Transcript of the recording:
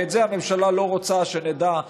ואת זה הממשלה לא רוצה שנדע,